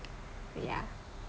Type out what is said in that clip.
ya